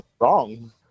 wrong